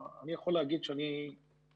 אני יכול להגיד שאני אחד